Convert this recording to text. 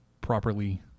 properly